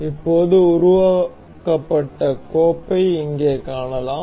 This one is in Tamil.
இப்போது உருவாக்கப்பட்ட கோப்பை இங்கே காணலாம்